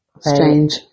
strange